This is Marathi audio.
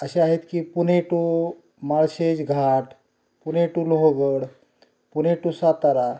असे आहेत की Pune to Malshej Ghat Pune to Lohagad Pune to Satara